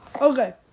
Okay